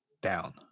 down